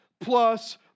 plus